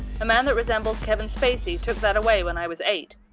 a man that resembles kevin spacey took that away when i was eight.